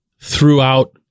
throughout